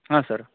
ಹಾಂ ಸರ್